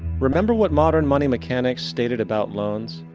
remember what modern money mechanics stated about loans?